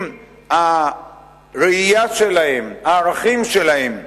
עם הראייה שלהם, הערכים שלהם.